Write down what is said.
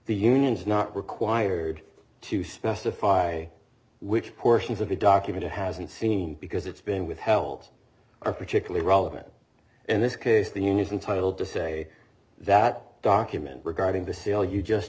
the unions not required to specify which portions of the document it hasn't seen because it's been withheld or particularly relevant in this case the union titled to say that document regarding the sale you just